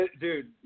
Dude